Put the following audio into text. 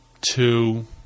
two